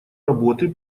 работы